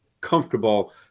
comfortable